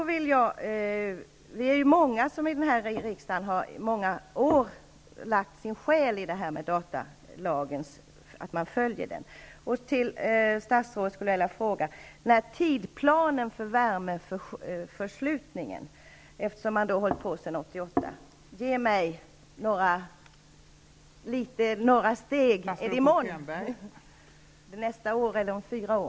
Vi är många i denna riksdag som under åtskilliga år har lagt ned vår själ i att datalagen följs. Jag vill därför fråga statsrådet om tidsplanen för värmeförslutningen. Detta har riksförsäkringsverket ju arbetat med sedan 1988. När kommer detta att ske -- i morgon, nästa år eller om fyra år?